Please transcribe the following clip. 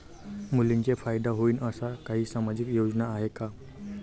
मुलींले फायदा होईन अशा काही सामाजिक योजना हाय का?